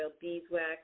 beeswax